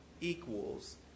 equals